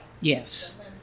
Yes